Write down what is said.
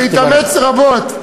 שהתאמץ רבות,